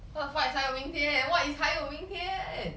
what the fuck is 还有明天 what is 还有明天